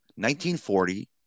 1940